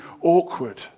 awkward